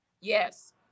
Yes